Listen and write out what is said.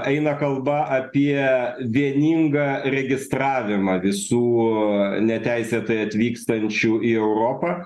eina kalba apie vieningą registravimą visų neteisėtai atvykstančių į europą